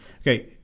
Okay